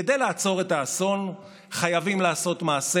כדי לעצור את האסון חייבים לעשות מעשה